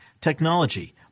technology